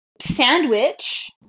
sandwich